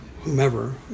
whomever